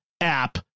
app